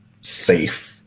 safe